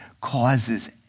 causes